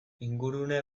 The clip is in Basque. ingurune